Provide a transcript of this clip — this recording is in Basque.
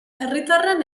herritarren